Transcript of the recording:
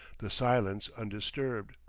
the silence undisturbed.